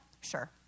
sure